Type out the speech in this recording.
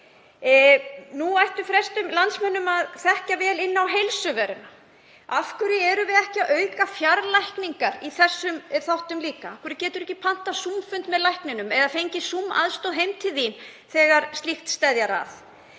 Nú ættu flestir landsmenn að þekkja vel inn á Heilsuveru. Af hverju erum við ekki að auka fjarlækningar í þessum þáttum líka? Af hverju getur þú ekki pantað zoom-fund með lækninum eða fengið zoom-aðstoð heim til þín þegar slíkt steðjar að?